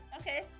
Okay